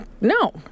No